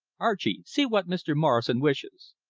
archie, see what mr. morrison wishes.